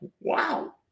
wow